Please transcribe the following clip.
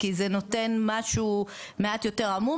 כי זה נותן משהו מעט יותר עמום.